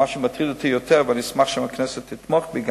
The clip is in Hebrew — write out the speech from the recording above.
מה שמטריד אותי יותר ואני אשמח אם הכנסת גם תתמוך בי,